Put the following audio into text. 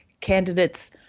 candidates